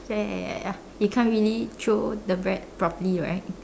ya ya ya ya ya you can't really throw the bread properly right